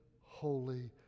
holy